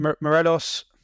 Morelos